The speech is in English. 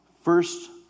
First